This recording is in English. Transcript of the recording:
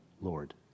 Lord